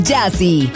Jazzy